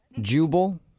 Jubal